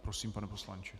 Prosím, pane poslanče.